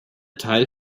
teil